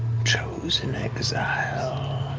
chosen exile.